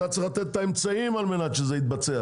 אתה צריך לתת את האמצעים על מנת שזה יתבצע.